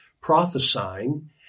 prophesying